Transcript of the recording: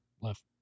left